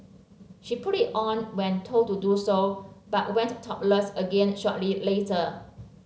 she put it on when told to do so but went topless again shortly later